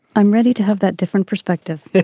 i'm ready to have that different perspective.